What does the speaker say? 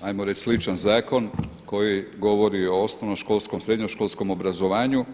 hajmo reći sličan zakon koji govori o osnovnoškolskom, srednjoškolskom obrazovanju.